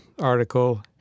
article